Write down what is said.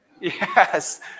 Yes